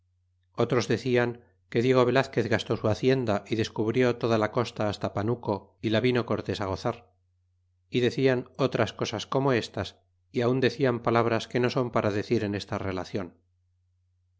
otros decian que diego velazquez gastó su hacienda é descubrió toda la costa hasta panuco y la vino cortés gozar y decian otras cosas como estas y aun decian palabras que no son para decir en esta relacion